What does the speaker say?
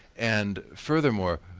and furthermore,